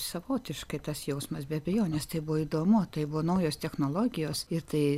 savotiškai tas jausmas be abejonės tai buvo įdomu tai buvo naujos technologijos ir tai